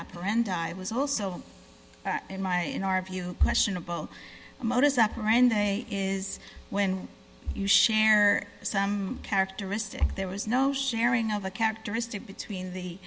operandi was also in my in our view questionable modus operandi is when you share some characteristic there was no sharing of a characteristic between the